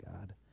God